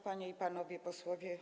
Panie i Panowie Posłowie!